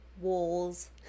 walls